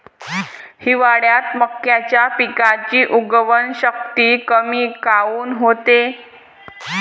हिवाळ्यात मक्याच्या पिकाची उगवन शक्ती कमी काऊन होते?